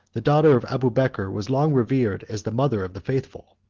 the daughter of abubeker was long revered as the mother of the faithful.